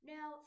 Now